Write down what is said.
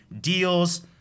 deals